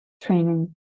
training